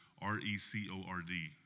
R-E-C-O-R-D